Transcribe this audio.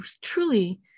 truly